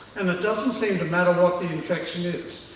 and it doesn't seem to matter what the infection is,